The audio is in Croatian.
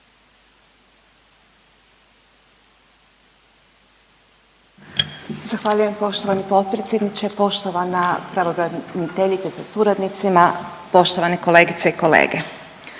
Zahvaljujem poštovani potpredsjedniče. Poštovana pravobraniteljice sa suradnicima, poštovane kolegice i kolege.